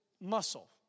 muscle